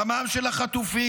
דמם של החטופים,